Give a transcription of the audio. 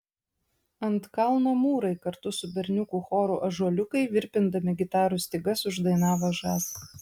ant kalno mūrai kartu su berniukų choru ąžuoliukai virpindami gitarų stygas uždainavo žas